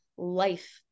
life